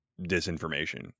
disinformation